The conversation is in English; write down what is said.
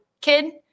kid